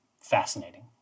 Fascinating